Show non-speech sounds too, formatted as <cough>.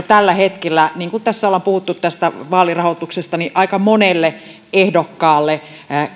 <unintelligible> tällä hetkellä niin kuin tässä ollaan puhuttu tästä vaalirahoituksesta aika monelle ehdokkaalle